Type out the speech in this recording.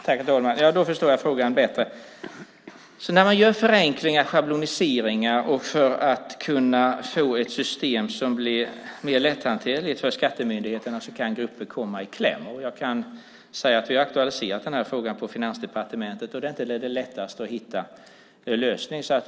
Herr talman! Då förstår jag frågan bättre. När man gör förenklingar och schabloniseringar för att kunna få ett system som blir mer lätthanterligt för skattemyndigheterna kan grupper komma i kläm. Jag kan säga att vi har aktualiserat denna fråga på Finansdepartementet, och det är inte det lättaste att hitta en lösning.